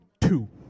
two